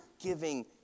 giving